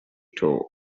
tore